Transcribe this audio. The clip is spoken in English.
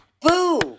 Boo